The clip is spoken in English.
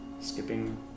Skipping